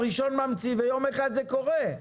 הראשון ממציא ויום אחד זה קורה.